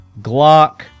Glock